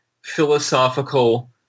philosophical